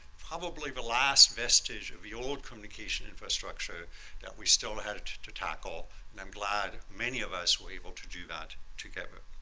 probably the last vestige of the old communication infrastructure that we still had to to tackle. and i'm glad many of us were able to do that together.